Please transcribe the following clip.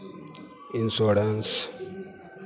insurance